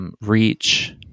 reach